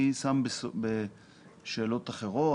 את השאלות האחרות,